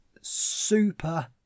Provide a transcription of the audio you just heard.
super